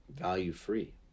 value-free